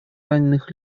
раненых